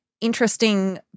interesting